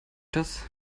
das